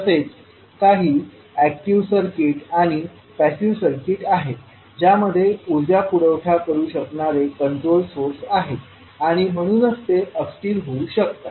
तसेच काही active circuit आणि पॅसिव्ह सर्किट आहेत ज्यामध्ये ऊर्जा पुरवठा करू शकणारे कंट्रोल्ड सोर्स आहेत आणि म्हणूनच ते अस्थिर होऊ शकतात